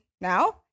now